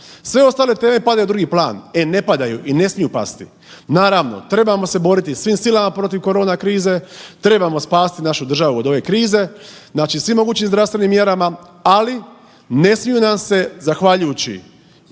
sve ostale teme padaju u drugi plan. E ne padaju i ne smiju pasti. Naravno trebamo se boriti svim silama protiv korona krize, trebamo spasiti našu državu od ove krize, znači svim mogućim zdravstvenim mjerama, ali ne smiju nam se zahvaljujući